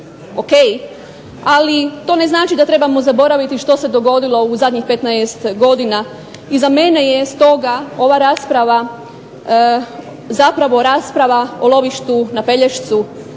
ali to ne znači da trebamo zaboraviti što se dogodilo u zadnjih 15 godina, i za mene je stoga ova rasprava zapravo rasprava o lovištu na Pelješcu,